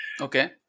Okay